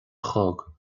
chlog